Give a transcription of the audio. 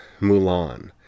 Mulan